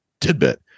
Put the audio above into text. tidbit